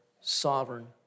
sovereign